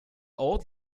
old